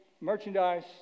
merchandise